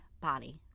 body